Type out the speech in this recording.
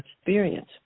experience